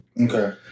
Okay